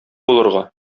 булырга